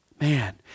Man